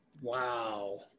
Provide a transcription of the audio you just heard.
Wow